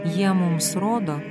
jie mums rodo